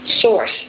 source